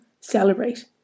celebrate